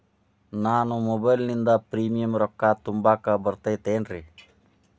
ನಾನು ಮೊಬೈಲಿನಿಂದ್ ಪ್ರೇಮಿಯಂ ರೊಕ್ಕಾ ತುಂಬಾಕ್ ಬರತೈತೇನ್ರೇ?